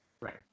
Right